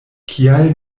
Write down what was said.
kial